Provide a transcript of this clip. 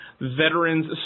veteran's